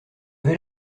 vais